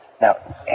Now